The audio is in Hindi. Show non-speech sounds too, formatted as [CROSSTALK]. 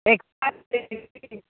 [UNINTELLIGIBLE]